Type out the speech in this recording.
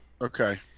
Okay